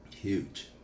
Huge